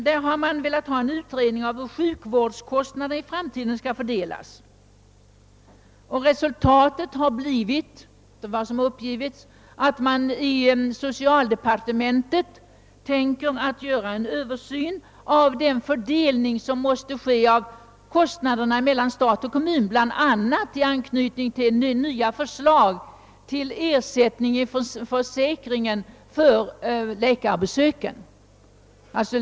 Man har velat ha en utredning om hur = sjukvårdskostnaderna i framtiden skall fördelas och resultatet har blivit — enligt vad som uppgivits — att socialdepartementet ämnar göra en översyn av den fördelning av kost naderna mellan stat och kommun som måste göras, bl.a. i anknytning till det nya förslaget till ersättning via försäkringen för läkarbesök.